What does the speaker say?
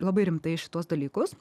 labai rimtai į šituos dalykus